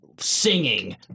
Singing